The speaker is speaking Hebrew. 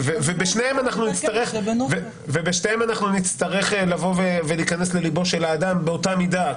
ובשניהם אנחנו נצטרך להיכנס לליבו של האדם באותה מידה.